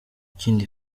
ikindi